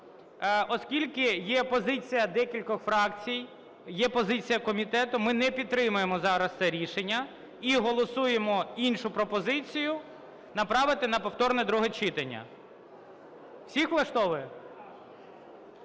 Оскільки є позиція декількох фракцій, є позиція комітету, ми не підтримаємо зараз це рішення і голосуємо іншу пропозицію – направити на повторне друге читання. Всіх влаштовує?